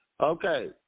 Okay